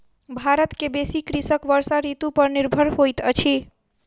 भारत के बेसी कृषक वर्षा ऋतू पर निर्भर होइत अछि